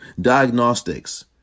Diagnostics